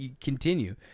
continue